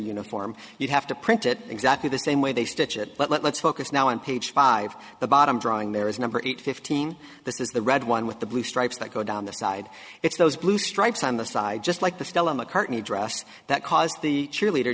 uniform you have to print it exactly the same way they stitch it but let's focus now on page five the bottom drawing there is number eight fifteen this is the red one with the blue stripes that go down the side it's those blue stripes on the side just like the stella mccartney dress that caused the cheerleader